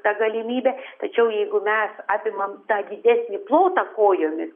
ta galimybė tačiau jeigu mes apimam tą didesnį plotą kojomis